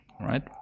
right